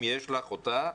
אם יש לך אותה,